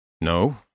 No